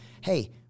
Hey